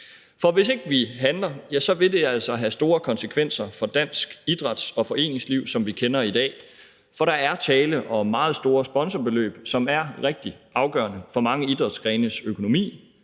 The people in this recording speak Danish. For hvis ikke vi handler, vil det altså have store konsekvenser for dansk idræts- og foreningsliv, som vi kender det i dag, for der er tale om meget store sponsorbeløb, som er rigtig afgørende for mange idrætsgrenes økonomi.